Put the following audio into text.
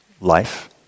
life